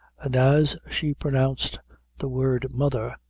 and as she pronounced the word mother,